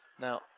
Now